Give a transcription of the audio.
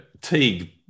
Teague